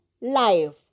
life